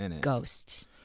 Ghost